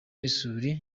n’isuri